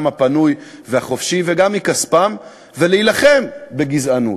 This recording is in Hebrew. הפנוי והחופשי וגם מכספם ולהילחם בגזענות.